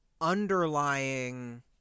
underlying